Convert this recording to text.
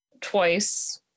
twice